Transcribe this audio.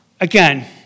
Again